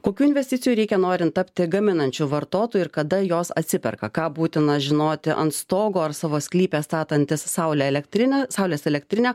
kokių investicijų reikia norint tapti gaminančiu vartotoju ir kada jos atsiperka ką būtina žinoti ant stogo ar savo sklype statantis saulę elektrinę saulės elektrinę